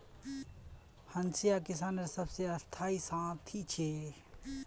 हंसिया किसानेर सबसे स्थाई साथी छे